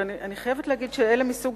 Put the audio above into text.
ואני חייבת לומר שרגע קידום החוק הוא מסוג